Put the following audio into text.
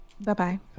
Bye-bye